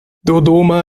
dodoma